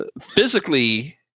physically